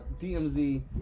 DMZ